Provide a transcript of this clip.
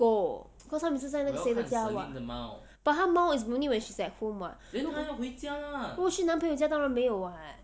狗 cause 她每次在那个谁的家 [what] but 她猫 is only when she is at home [what] 如果去男朋友家当然没有 [what]